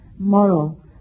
Moral